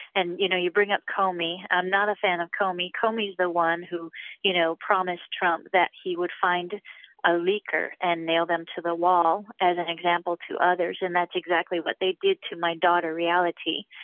and you know you bring up comey. i'm not a fan of comey. comey is the one who you know promised trump that he would find a leaker and nail them to the wall as an example to others, and that's exactly what they did to my daughter reality.